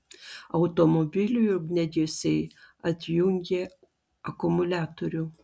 automobiliui ugniagesiai atjungė akumuliatorių